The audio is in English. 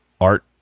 art